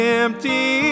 empty